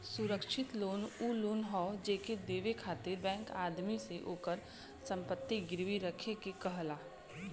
सुरक्षित लोन उ लोन हौ जेके देवे खातिर बैंक आदमी से ओकर संपत्ति गिरवी रखे के कहला